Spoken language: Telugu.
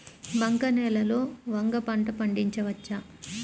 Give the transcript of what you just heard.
బంక నేలలో వంగ పంట పండించవచ్చా?